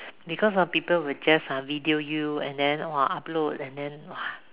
because ah people will just uh video you and then !wah! upload and then !wah!